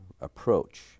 approach